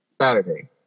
saturday